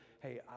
hey